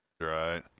right